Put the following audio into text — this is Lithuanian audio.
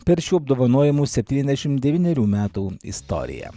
per šių apdovanojimų septyniasdešimt devynerių metų istoriją